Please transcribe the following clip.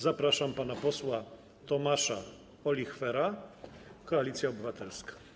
Zapraszam pana posła Tomasza Olichwera, Koalicja Obywatelska.